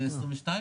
ב-12:26